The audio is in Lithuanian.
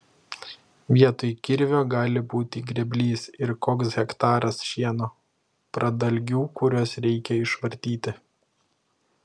vietoj kirvio gali būti grėblys ir koks hektaras šieno pradalgių kuriuos reikia išvartyti